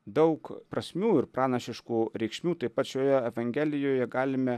daug prasmių ir pranašiškų reikšmių tai pat šioje evangelijoje galime